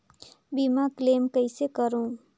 बीमा क्लेम कइसे करों?